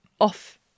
off